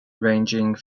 ranging